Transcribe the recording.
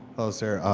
hello sir,